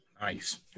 Nice